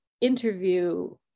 interview